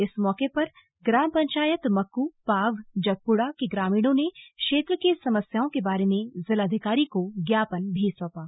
इस मौके पर पर ग्राम पंचायत मक्कू पाव जगपुडा के ग्रामीणों ने क्षेत्र की समस्याओं के बारे में जिलाधिकारी को ज्ञापन भी सौंपा